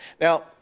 Now